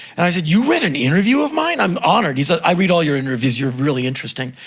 and i said, you read an interview of mine? i'm honoured. he said, i read all your interviews. you're really interesting.